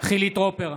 חילי טרופר,